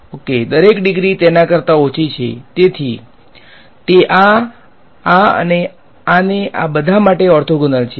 orthogonal દરેક degree તેના કરતા ઓછી છે તેથી તે આ આ અને આને આ બધા માટે ઓર્થોગોનલ છે